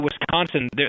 Wisconsin